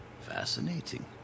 Fascinating